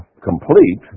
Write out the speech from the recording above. complete